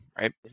right